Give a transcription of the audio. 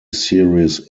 serious